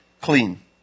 clean